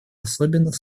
особенно